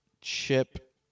chip